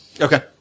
Okay